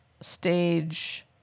stage